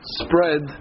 spread